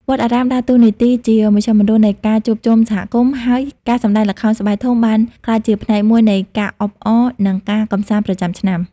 វត្តអារាមដើរតួនាទីជាមជ្ឈមណ្ឌលនៃការជួបជុំសហគមន៍ ហើយការសម្តែងល្ខោនស្បែកធំបានក្លាយជាផ្នែកមួយនៃការអបអរ និងការកម្សាន្តប្រចាំឆ្នាំ។